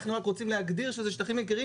אנחנו רוצים להגדיר שזה שטחים עיקריים